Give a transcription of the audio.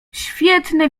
świetne